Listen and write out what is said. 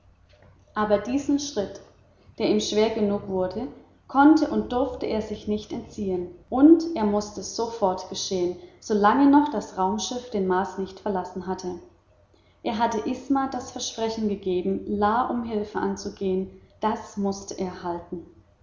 aber diesem schritt der ihm schwer genug wurde konnte und durfte er sich nicht entziehen und er mußte sofort geschehen solange noch das raumschiff den mars nicht verlassen hatte er hatte isma das versprechen gegeben la um hilfe anzugehen das mußte er halten